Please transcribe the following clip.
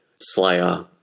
Slayer